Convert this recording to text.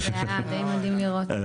זה היה די מדהים לראות.